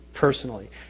personally